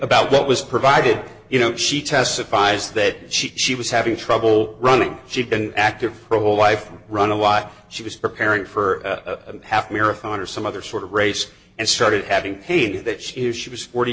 about what was provided you know she testifies that she was having trouble running she'd been active pro life run a while she was preparing for a half marathon or some other sort of race and started having paid that if she was forty